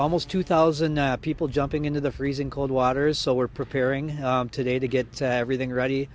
almost two thousand people jumping into the freezing cold waters so we're preparing today to get to everything ready